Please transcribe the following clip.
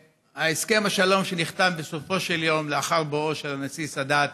הסכם השלום שנחתם בסופו של דבר לאחר בואו של הנשיא סאדאת